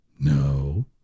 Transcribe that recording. No